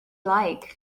like